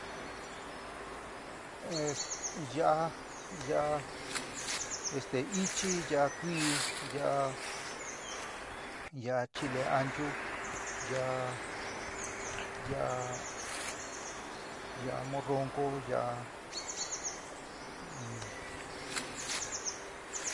yaá yaá este íchí, yaá kuí, yaá yaá chile anchú. yaá yaá yaá morronco yaá.